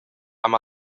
amb